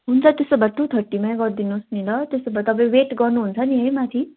हुन्छ त्यसो भए टू थर्टीमै गरिदिनुहोस् नि ल त्यसो भए तपाईँ वेट गर्नुहुन्छ नि है माथि